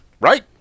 right